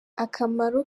akamaro